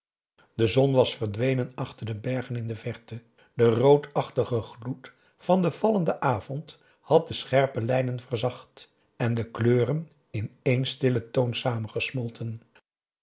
de zon was verdwenen achter de bergen in de verte de roodachtige gloed van den vallenden avond had de scherpe lijnen verzacht en de kleuren in één stillen toon